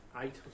Eight